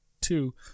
two